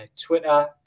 Twitter